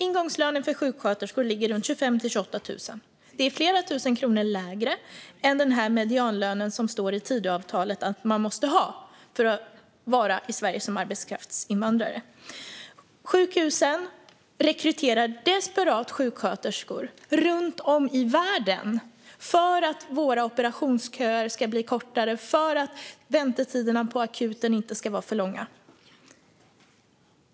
Ingångslönen för sjuksköterskor ligger på 25 000-28 000 kronor. Det är flera tusen kronor lägre än medianlönen som det står i Tidöavtalet att man måste ha för att få vara arbetskraftsinvandrare i Sverige. Sjukhusen rekryterar desperat sjuksköterskor runt om i världen för att operationsköerna ska bli kortare och för att väntetiderna på akuten inte ska bli för långa.